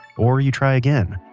or, you try again